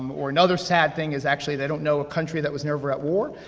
um or another sad thing, is actually they don't know a country that was never at war.